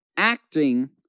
acting